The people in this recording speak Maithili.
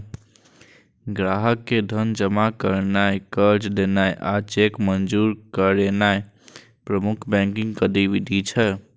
ग्राहक के धन जमा करनाय, कर्ज देनाय आ चेक मंजूर करनाय प्रमुख बैंकिंग गतिविधि छियै